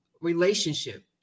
relationship